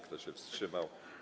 Kto się wstrzymał?